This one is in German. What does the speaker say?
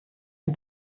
ein